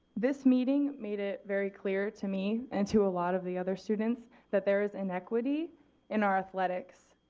this meeting made it very clear to me and to a lot of the other students, that there is inequity in our athletics.